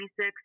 26